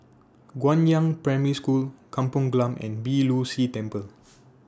Guangyang Primary School Kampong Glam and Beeh Low See Temple